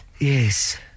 Yes